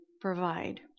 provide